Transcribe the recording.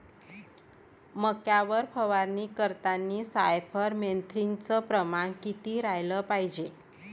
मक्यावर फवारनी करतांनी सायफर मेथ्रीनचं प्रमान किती रायलं पायजे?